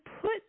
put